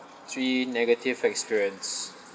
three negative experience